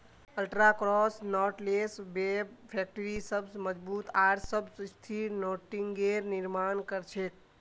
ultra cross knotless web factory सबस मजबूत आर सबस स्थिर नेटिंगेर निर्माण कर छेक